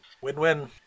Win-win